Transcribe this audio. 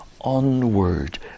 onward